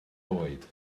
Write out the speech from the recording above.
oed